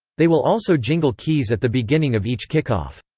they will also jingle keys at the beginning of each kickoff.